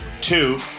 two